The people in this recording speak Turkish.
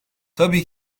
tabii